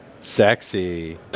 sexy